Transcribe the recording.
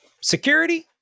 security